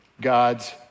God's